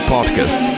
podcast